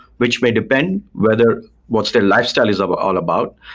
which may depend whether what's their lifestyle is ah but all about,